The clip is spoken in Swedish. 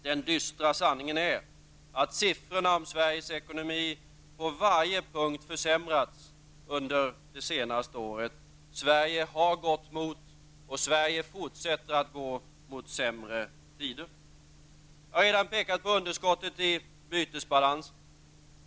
Den dystra sanningen är att siffrorna för Sveriges ekonomi har försämrats på varje punkt under det senaste året. Sverige har gått och fortsätter att gå mot sämre tider. Jag har redan pekat på underskottet i bytesbalansen.